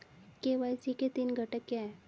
KYC के तीन घटक क्या हैं?